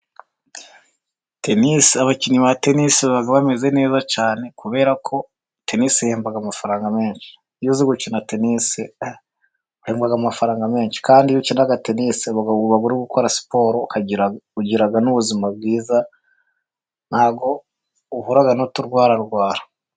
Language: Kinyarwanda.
Tenisi, abakinnyi ba tenisi baba bameze neza cyane. Kubera ko tenisi ihemba amafaranga menshi. Iyo uzi gukina tenisi， uhembwa amafaranga menshi，kandi iyo ukina tenisi，uba uri gukora siporo， ugira n'ubuzima bwiza， ntabwo uhura n'uturwara rwara.